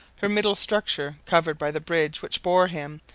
her middle structure, covered by the bridge which bore him,